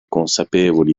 consapevoli